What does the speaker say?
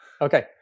Okay